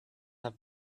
have